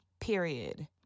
Period